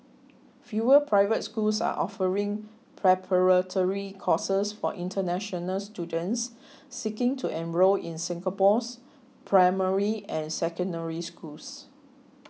fewer private schools are offering preparatory courses for international students seeking to enrol in Singapore's primary and Secondary Schools